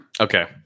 Okay